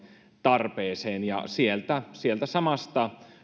tarpeeseen ja sieltä sieltä samasta